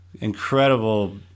incredible